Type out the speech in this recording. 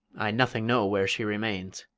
i nothing know where she remains,